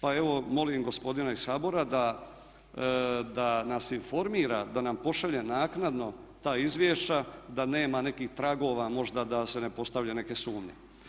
Pa evo molim gospodina iz HBOR-a da nas informira, da nam pošalje naknadno ta izvješća da nema nekih tragova možda da se ne postavlja neke sumnje.